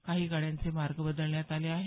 काही गाड्यांचे मार्ग बदलण्यात आले आहेत